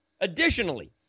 additionally